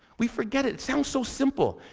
we forget it. it sounds so simple.